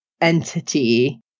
entity